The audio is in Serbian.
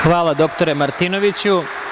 Hvala doktore Martinoviću.